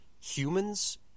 humans